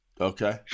Okay